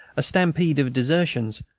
a stampede of desertions,